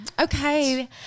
okay